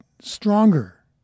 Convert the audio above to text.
stronger